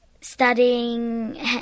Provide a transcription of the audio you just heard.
studying